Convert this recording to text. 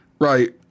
Right